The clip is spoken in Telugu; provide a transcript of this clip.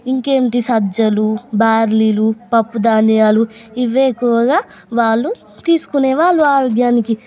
ఇంకేంటి సజ్జలు బార్లీలు పప్పు ధాన్యాలు ఇవే ఎక్కువగా వాళ్ళు తీసుకునే వాళ్ళు ఆరోగ్యానికి